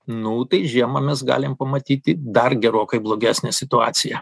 nu tai žiemą galim pamatyti dar gerokai blogesnę situaciją